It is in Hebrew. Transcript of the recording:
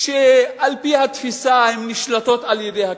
שעל-פי התפיסה הן נשלטות על-ידי הקיבוצים.